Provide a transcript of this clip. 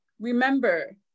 Remember